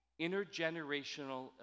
intergenerational